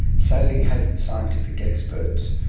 sailing has its scientific experts,